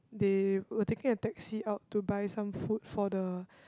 they were taking a taxi out to buy some food for the